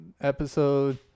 Episode